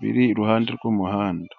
biri iruhande rw'umuhanda.